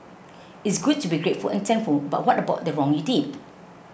it's good to be grateful and thankful but what about the wrong you did